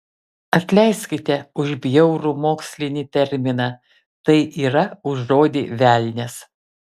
atleiskite už bjaurų mokslinį terminą tai yra už žodį velnias